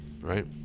right